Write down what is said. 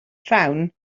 rhawn